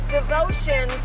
devotion